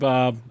Bob